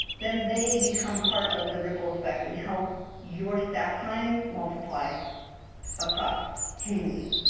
then they become part of the ripple effect and help your staff time multiply across communities.